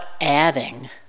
adding